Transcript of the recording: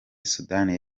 sudani